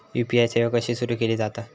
UPI सेवा कशी सुरू केली जाता?